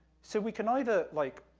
so, we can either, like,